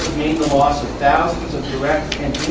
the loss of thousands of direct and